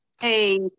Hey